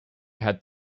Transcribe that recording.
had